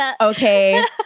Okay